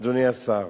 אדוני השר.